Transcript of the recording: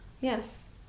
Yes